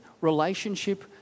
relationship